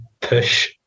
push